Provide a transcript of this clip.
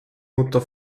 mutter